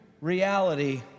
reality